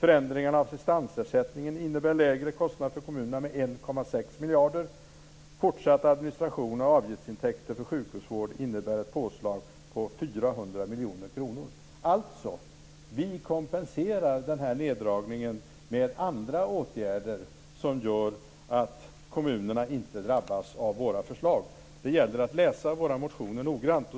Förändringen av assistansersättningen innebär lägre kostnader för kommunerna med 1,6 miljarder. Fortsatt administration av avgiftsintäkter för sjukvård innebär ett påslag på 400 miljoner kronor. Det gäller att läsa våra motioner noggrant.